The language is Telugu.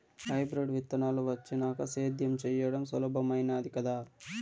హైబ్రిడ్ విత్తనాలు వచ్చినాక సేద్యం చెయ్యడం సులభామైనాది కదా